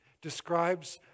describes